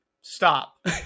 stop